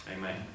Amen